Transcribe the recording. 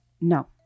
No